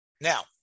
Now